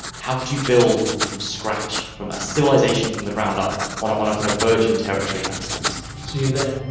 how could you build from scratch a civilisation from the ground up on on a kind of virgin territory in that sense. see you there.